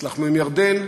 הצלחנו עם ירדן,